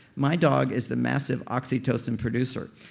my dog is the massive oxytocin producer.